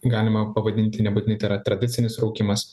galima pavadinti nebūtinai tai yra tradicinis rūkymas